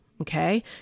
Okay